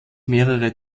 mehrere